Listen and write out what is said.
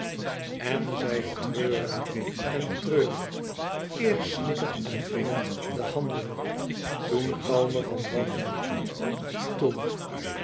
en zij treurde en treurde eerst snikkend en wringend de handen toen kalmer van wanhoop toen